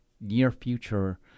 near-future